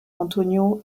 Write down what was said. antonio